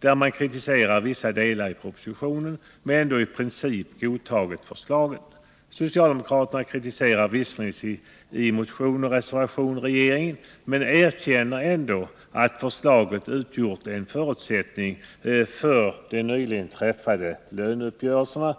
där de kritiserat vissa delar av propositionen men ändå i princip godtagit förslaget. Socialdemokraterna kritiserar visserligen i motioner och reservationer regeringen men erkänner ändå att förslaget utgjort en förutsättning för de nyligen träffade löneuppgörelserna.